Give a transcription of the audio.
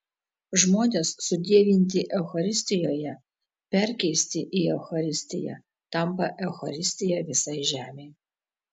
žmonės sudievinti eucharistijoje perkeisti į eucharistiją tampa eucharistija visai žemei